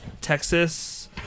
Texas